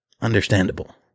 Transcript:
understandable